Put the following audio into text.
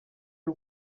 y’u